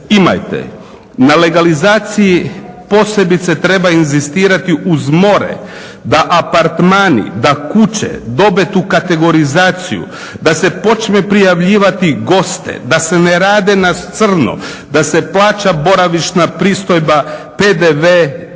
imajte. Na legalizaciji posebice treba inzistirati uz more, da apartmani, da kuće dobiju tu kategorizaciju, da se počne prijavljivati goste, da se ne radi na crno, da se plaća boravišna pristojba, PDV